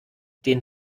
den